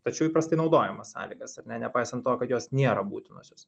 tačiau įprastai naudojamas sąlygas ar ne nepaisant to kad jos niera būtinosios